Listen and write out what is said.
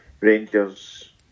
Rangers